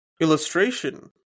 illustration